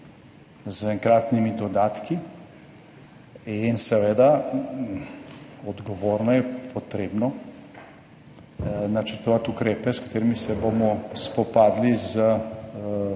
z enkratnimi dodatki. In seveda odgovorno je potrebno načrtovati ukrepe s katerimi se bomo spopadli